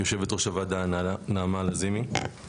יושבת ראש הוועדה נעמה לזימי.